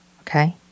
Okay